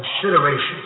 consideration